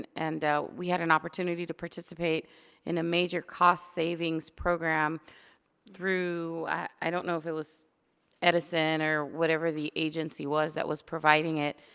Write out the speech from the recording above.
and we had an opportunity to participate in a major cost savings program through, i don't know if it was edison or whatever the agency was that was providing it.